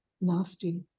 nasty